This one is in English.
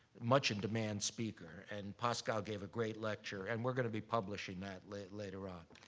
much in-demand speaker. and pascal gave a great lecture, and we're gonna be publishing that later later on.